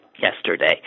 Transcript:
yesterday